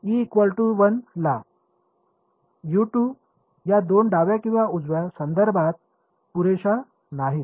या दोन डाव्या किंवा उजव्या संदर्भित पुरेशा नाहीत